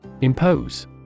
Impose